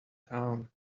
town